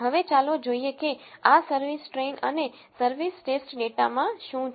હવે ચાલો જોઈએ કે આ સર્વિસ ટ્રેઇન અને સર્વિસ ટેસ્ટ ડેટામાં શું છે